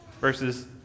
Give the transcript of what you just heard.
verses